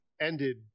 ended